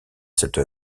cette